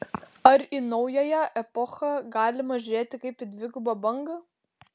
ar į naująją epochą galima žiūrėti kaip į dvigubą bangą